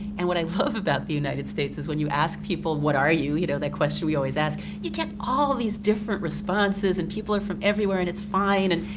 and what i love about the united states is when you ask people what are you, you know that question you always ask, you get all these different responses, and people are from everywhere and it's fine. and